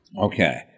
Okay